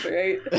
right